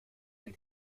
den